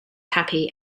happy